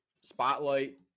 spotlight